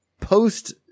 post